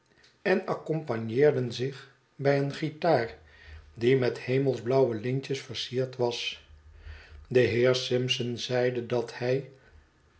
en accompagneerden zich bij een guitar die met hemelsblauwe lintjes versierd was de heer simpson zeide dat hij